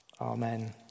Amen